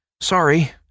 Sorry